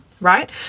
right